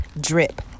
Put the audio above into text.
drip